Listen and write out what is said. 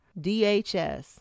DHS